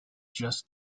just